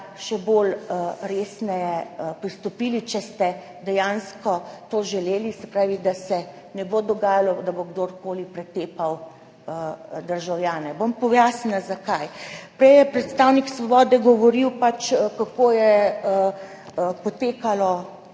še bolj resneje pristopili, če ste dejansko to želeli, se pravi da se ne bo dogajalo, da bo kdorkoli pretepal državljane. Bom pojasnila, zakaj. Prej je predstavnik Svobode govoril, kako je potekalo,